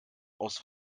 aus